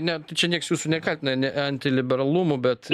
ne čia nieks jūsų nekaltina ne antiliberalumu bet